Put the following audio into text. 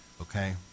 Okay